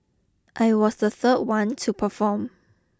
I was the third one to perform